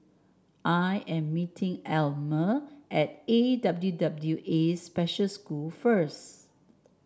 I am meeting Almer at A W W A Special School first